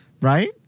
right